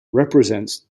represents